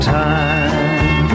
time